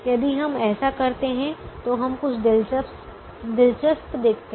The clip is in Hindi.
यदि हम ऐसा करते हैं तो हम कुछ दिलचस्प देखते हैं